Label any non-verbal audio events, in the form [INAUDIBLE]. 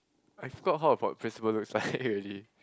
I forgot how our pro~ principal looks like [LAUGHS] already